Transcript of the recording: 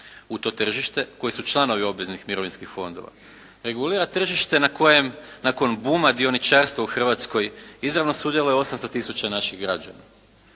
u to tržište, koji su članovi obveznih mirovinskih fondova. Regulira tržište na kojem nakon buma dioničarstva u Hrvatskoj sudjeluje 800 tisuća naših građana.